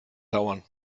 dauern